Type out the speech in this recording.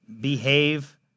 behave